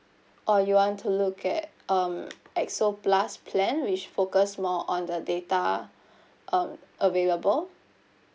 or you want to look at um X_O plus plan which focus more on the data um available